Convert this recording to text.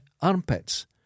armpits